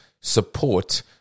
support